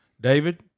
David